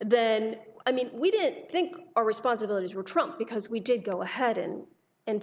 the and i mean we didn't think our responsibilities were trumped because we did go ahead and and